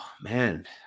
man